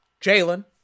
Jalen